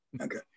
Okay